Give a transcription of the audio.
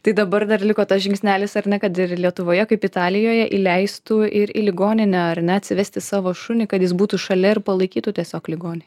tai dabar dar liko tas žingsnelis ar ne kad ir lietuvoje kaip italijoje įleistų ir į ligoninę ar ne atsivesti savo šunį kad jis būtų šalia ir palaikytų tiesiog ligonį